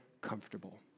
comfortable